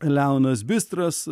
leonas bistras